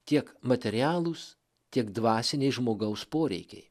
tiek materialūs tiek dvasiniai žmogaus poreikiai